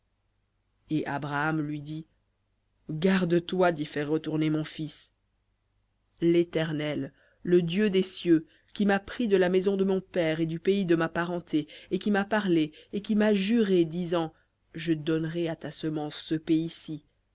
et abraham lui dit garde-toi d'y faire retourner mon fils léternel le dieu des cieux qui m'a pris de la maison de mon père et du pays de ma parenté et qui m'a parlé et qui m'a juré disant je donnerai à ta semence ce pays-ci